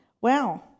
Wow